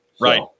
Right